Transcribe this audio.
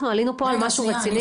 אנחנו עלינו פה על משהו רציני